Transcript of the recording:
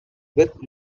with